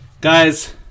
guys